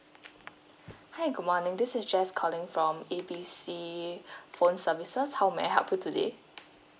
hi good morning this is jess calling from A B C phone services how may I help you today